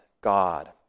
God